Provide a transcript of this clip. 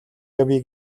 явъя